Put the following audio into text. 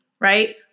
right